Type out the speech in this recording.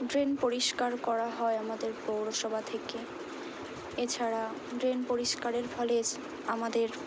drain পরিষ্কার করা হয় আমাদের পৌরসভা থেকে এছাড়া ড্রেন পরিষ্কারের ফলে আমাদের